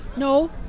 No